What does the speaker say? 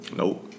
nope